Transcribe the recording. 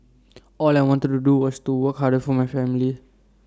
all I wanted to do was to work harder for my family